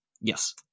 Yes